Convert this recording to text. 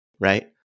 right